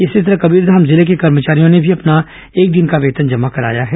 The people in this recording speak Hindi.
इसी तरह कबीरधाम जिले के कर्मचारियों ने भी अपना एक दिन का वेतन जमा कराया है